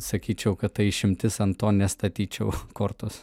sakyčiau kad tai išimtis ant to nestatyčiau kortos